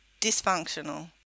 dysfunctional